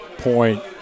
point